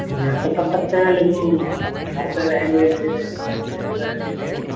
wait تو کر سکتے ہیں لیکن گھر پہ رہیں گے نہیں رہیں گے کوئی گارنٹی نہیں ہے نا